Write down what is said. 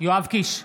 יואב קיש,